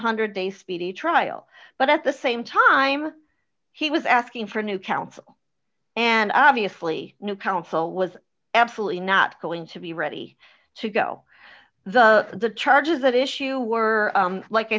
hundred a speedy trial but at the same time he was asking for new counsel and obviously new counsel was absolutely not going to be ready to go the the charges at issue were like i